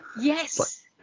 yes